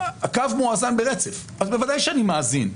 הקו מואזן ברצף, אז בוודאי שאני מאזין,